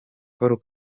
paul